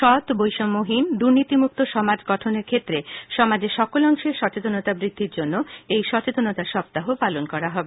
সৎ বৈষম্যহীন দুর্নীতিমুক্ত সমাজ গঠনের ক্ষেত্রে সমাজের সকল অংশের সচেতনতা বৃদ্ধির জন্য এই সচেতনতা সপ্তাহ পালন করা হবে